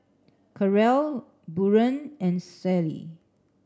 Karel Buren and Sally